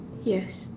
yes